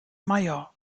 meier